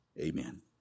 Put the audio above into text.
Amen